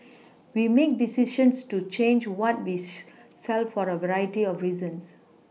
we make decisions to change what we sell for a variety of reasons